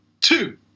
Two